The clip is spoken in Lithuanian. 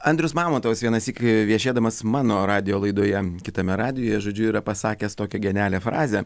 andrius mamontovas vienąsyk viešėdamas mano radijo laidoje kitame radijuje žodžiu yra pasakęs tokią genialią frazę